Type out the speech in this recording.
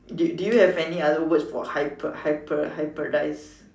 did did you have any other words for hybri~ hybri~ hybridize